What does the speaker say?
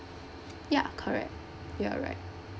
ya correct ya right